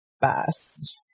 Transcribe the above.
best